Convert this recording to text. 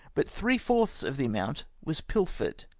but three-fourths of the amount was pilfered.